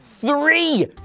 three